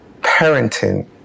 parenting